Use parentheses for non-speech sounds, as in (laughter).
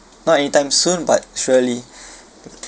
not anytime soon but surely (breath)